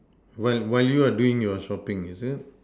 when when you are doing your shopping is it